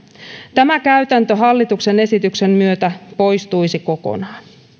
tämä käytäntö hallituksen esityksen myötä poistuisi kokonaan